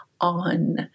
on